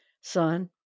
son